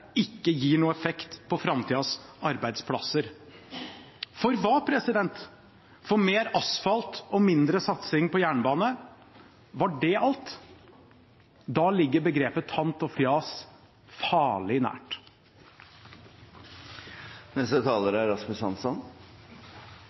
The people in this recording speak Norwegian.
ikke gir noen effekt for framtidas arbeidsplasser. For hva – for mer asfalt og mindre satsing på jernbane? Var det alt? Da ligger begrepet tant og fjas farlig nært. Det er